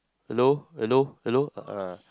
hello hello hello